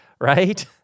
right